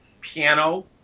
piano